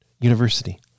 university